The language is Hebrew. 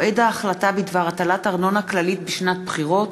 (מועד ההחלטה בדבר הטלת ארנונה כללית בשנת בחירות),